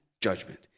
judgment